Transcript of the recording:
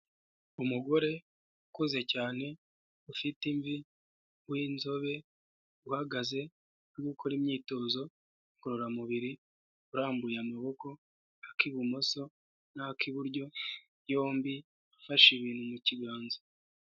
Umugore ukuze cyane, ufite imvi, w'inzobe, uhagaze, urimo gukora imyitozo ngororamubiri, urambuye amaboko, ak'ibumoso n'ak'iburyo, yombi afashe ibintu mu kiganza.